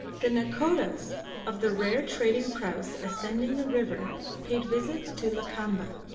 the nakhodas of the rare trading praus ascending the river paid visits to lakamba,